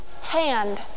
hand